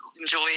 enjoy